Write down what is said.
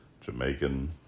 Jamaican